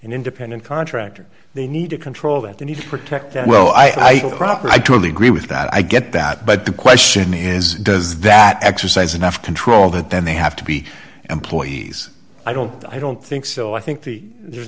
an independent contractor they need to control that they need to protect their well i think proper i totally agree with that i get that but the question is does that exercise enough control that then they have to be employees i don't i don't think so i think the there